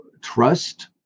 trust